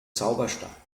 zauberstab